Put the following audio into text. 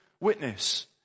witness